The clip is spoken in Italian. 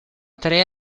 tre